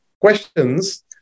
questions